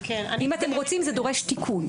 אם אתם רוצים, זה דורש תיקון.